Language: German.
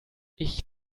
ich